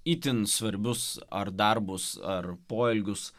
itin svarbius ar darbus ar poelgius